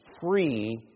free